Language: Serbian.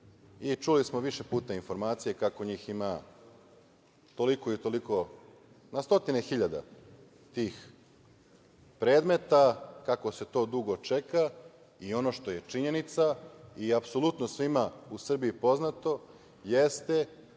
i čuli smo više puta informacije kako njih ima toliko i toliko, na stotine hiljada tih predmeta, kako se to dugo čeka i ono što je činjenica i apsolutno svima u Srbiji poznato jeste